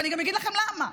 ואני אגיד לכם גם למה.